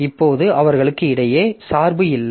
இப்போது அவர்களுக்கு இடையே சார்பு இல்லை